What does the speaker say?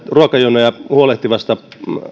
ruokajonoista huolehtivassa